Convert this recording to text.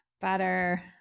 Butter